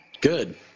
good